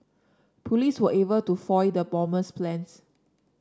police were able to foil the bomber's plans